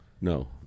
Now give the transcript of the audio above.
No